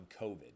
COVID